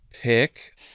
pick